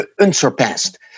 unsurpassed